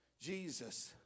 Jesus